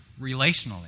relationally